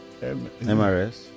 MRS